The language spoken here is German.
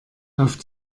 auf